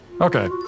okay